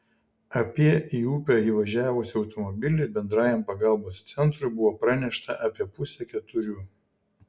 apie į upę įvažiavusį automobilį bendrajam pagalbos centrui buvo pranešta apie pusę keturių